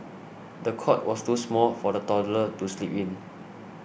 the cot was too small for the toddler to sleep in